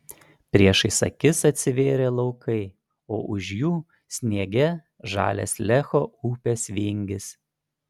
priešais akis atsivėrė laukai o už jų sniege žalias lecho upės vingis